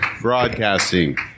broadcasting